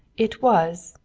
it was,